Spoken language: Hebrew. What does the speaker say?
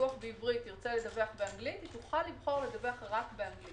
שדיווח בעברית ירצה לדווח באנגלית - תוכל לבחור לדווח רק באנגלית.